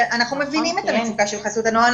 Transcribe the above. אנחנו מבינים את המצוקה של חסות הנוער.